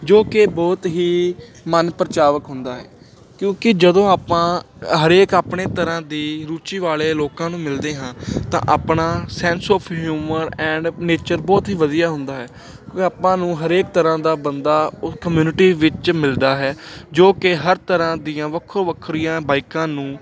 ਜੋ ਕਿ ਬਹੁਤ ਹੀ ਮਨ ਪਰਚਾਵਕ ਹੁੰਦਾ ਹੈ ਕਿਉਂਕਿ ਜਦੋਂ ਆਪਾਂ ਹਰੇਕ ਆਪਣੇ ਤਰ੍ਹਾਂ ਦੀ ਰੁਚੀ ਵਾਲੇ ਲੋਕਾਂ ਨੂੰ ਮਿਲਦੇ ਹਾਂ ਤਾਂ ਆਪਣਾ sense of humour and nature ਬਹੁਤ ਹੀ ਵਧੀਆ ਹੁੰਦਾ ਹੈ ਕਿਉਂਕਿ ਆਪਾਂ ਨੂੰ ਹਰੇਕ ਤਰ੍ਹਾਂ ਦਾ ਬੰਦਾ ਉਸ ਕਮਿਊਨਿਟੀ ਵਿੱਚ ਮਿਲਦਾ ਹੈ ਜੋ ਕਿ ਹਰ ਤਰ੍ਹਾਂ ਦੀਆਂ ਵੱਖੋ ਵੱਖਰੀਆਂ ਬਾਈਕਾਂ ਨੂੰ